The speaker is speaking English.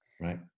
right